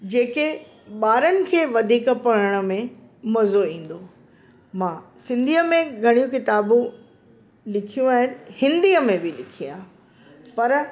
जेके ॿारनि खे वधीक पढ़ण में मज़ो ईंदो मां सिंधीअ में घणियूं किताबूं लिखियूं आहिनि हिंदीअ में बि लिखी आहे पर